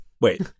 Wait